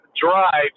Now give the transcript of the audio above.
drive